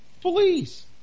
Police